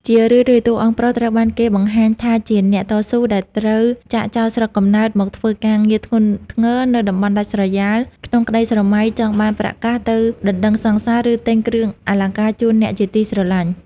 ជារឿយៗ តួអង្គប្រុសត្រូវបានគេបង្ហាញថាជាអ្នកតស៊ូដែលត្រូវចាកចោលស្រុកកំណើតមកធ្វើការងារធ្ងន់ធ្ងរនៅតំបន់ដាច់ស្រយាល ក្នុងក្តីស្រមៃចង់បានប្រាក់កាសទៅដណ្ដឹងសង្សារ ឬទិញគ្រឿងអលង្ការជូនអ្នកជាទីស្រឡាញ់។